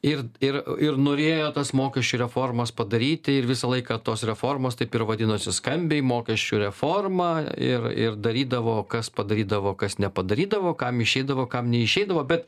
ir ir ir norėjo tas mokesčių reformas padaryti ir visą laiką tos reformos taip ir vadinosi skambiai mokesčių reforma ir ir darydavo kas padarydavo kas nepadarydavo kam išeidavo kam neišeidavo bet